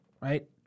right